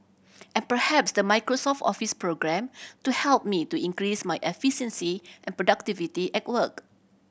and perhaps the Microsoft Office programme to help me to increase my efficiency and productivity at work